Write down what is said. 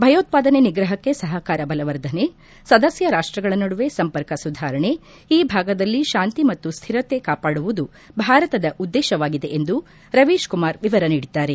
ಭಯೋತ್ಪಾದನೆ ನಿಗ್ರಹಕ್ಕೆ ಸಹಕಾರ ಬಲವರ್ಧನೆ ಸದಸ್ಯ ರಾಷ್ಟ್ಗಳ ನಡುವೆ ಸಂಪರ್ಕ ಸುಧಾರಣೆ ಈ ಭಾಗದಲ್ಲಿ ಶಾಂತಿ ಮತ್ತು ಸ್ಥಿರತೆ ಕಾಪಾಡುವುದು ಭಾರತದ ಉದ್ದೇಶವಾಗಿದೆ ಎಂದು ರವೀಶ್ ಕುಮಾರ್ ವಿವರ ನೀಡಿದ್ದಾರೆ